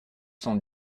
cent